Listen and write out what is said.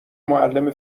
معلم